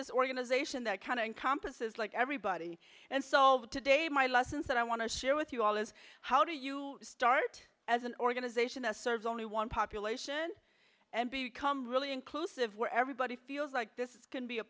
this organization that kind of encompasses like everybody and solved today my lessons that i want to share with you all is how do you start as an organization that serves only one population and become really inclusive where everybody feels like this can be a